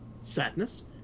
Sadness